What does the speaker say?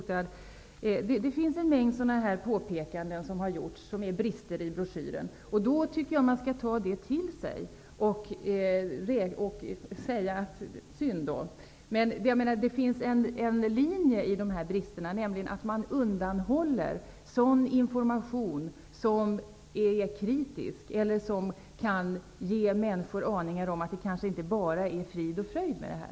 Det finns en mängd sådana här påpekanden om brister i broschyren. Jag tycker att man skall ta det till sig och beklaga det. Men det finns en linje i de här bristerna, nämligen att man undanhåller sådan information som är kritisk eller som kan ge människor aningar om att det inte bara är frid och fröjd med detta.